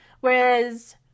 whereas